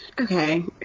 Okay